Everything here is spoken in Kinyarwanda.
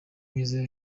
myiza